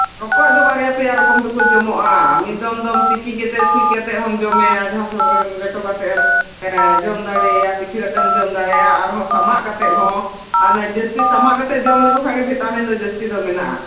ᱨᱚᱠᱚᱡ ᱫᱚ ᱵᱟᱨᱭᱟ ᱯᱮᱭᱟ ᱨᱚᱠᱚᱢ ᱛᱮᱠᱚ ᱡᱚᱢᱚᱜᱼᱟ ᱢᱤᱫ ᱫᱚᱢ ᱫᱚ ᱛᱤᱠᱤ ᱠᱟᱛᱮᱫ ᱥᱩᱭ ᱠᱟᱛᱮᱫ ᱦᱚᱸᱢ ᱡᱚᱢᱮᱭᱟ ᱟᱨ ᱡᱟᱦᱟᱸ ᱥᱚᱸᱜᱮ ᱞᱮᱴᱚ ᱠᱟᱛᱮᱫ ᱮᱢ ᱡᱚᱢ ᱫᱟᱲᱮᱭᱟᱭᱟ ᱯᱤᱴᱷᱟᱹ ᱠᱟᱛᱮᱫ ᱮᱢ ᱡᱚᱢ ᱫᱟᱲᱮᱭᱟᱭᱟ ᱟᱨᱦᱚᱸ ᱥᱟᱢᱟᱜ ᱠᱟᱛᱮᱫ ᱦᱚᱸ ᱟᱨ ᱡᱟᱹᱥᱛᱤ ᱥᱟᱢᱟᱜ ᱠᱟᱛᱮᱫ ᱡᱚᱢ ᱞᱮᱠᱚ ᱠᱷᱟᱱ ᱜᱮ ᱵᱷᱤᱴᱟᱢᱤᱱ ᱫᱚ ᱡᱟᱹᱥᱛᱤ ᱫᱚ ᱢᱮᱱᱟᱜᱼᱟ